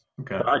Okay